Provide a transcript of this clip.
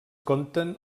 compten